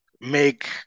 make